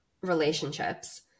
relationships